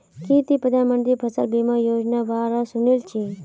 की ती प्रधानमंत्री फसल बीमा योजनार बा र सुनील छि